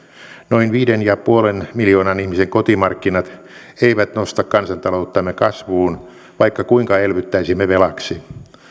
noin viiden pilkku viiden miljoonan ihmisen kotimarkkinat eivät nosta kansantalouttamme kasvuun vaikka kuinka elvyttäisimme velaksi